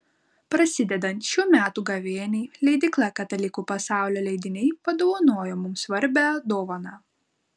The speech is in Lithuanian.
prasidedant šių metų gavėniai leidykla katalikų pasaulio leidiniai padovanojo mums svarbią dovaną